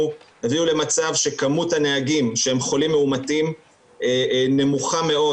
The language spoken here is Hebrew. הביאו למצב שכמות הנהגים שהם חולים מאומתים נמוכה מאוד,